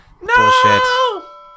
No